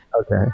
Okay